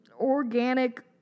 organic